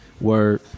word